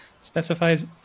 specifies